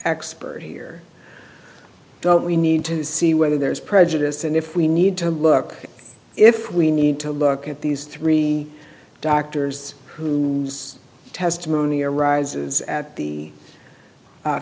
expert here don't we need to see whether there's prejudice and if we need to look if we need to look at these three doctors who needs testimony arises at the